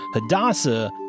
Hadassah